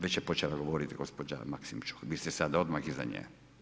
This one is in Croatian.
Već je počela govoriti gospođa Maksimčuk, vi ste sada odmah iza nje.